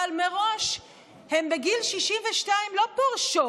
אבל מראש הן בגיל 62 לא פורשות,